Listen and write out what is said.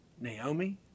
Naomi